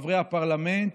חברי הפרלמנט